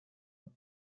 and